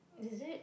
is it